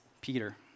Peter